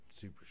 super